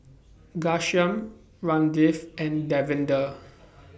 Ghanshyam Ramdev and Davinder